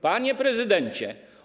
Panie Prezydencie!